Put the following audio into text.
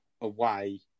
away